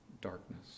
darkness